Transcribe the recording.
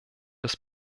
des